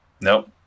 Nope